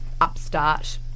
upstart